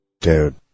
Dude